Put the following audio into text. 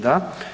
Da.